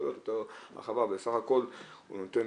סמכויות ויש יותר הרחבה ובסך הכל הוא נותן